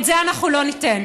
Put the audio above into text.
את זה אנחנו לא ניתן.